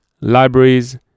libraries